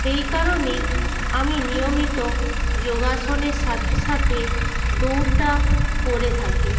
সেই কারণেই আমি নিয়মিত যোগাসনের সাথে সাথে দৌড়টা করে থাকি